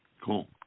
Cool